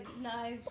no